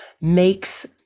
makes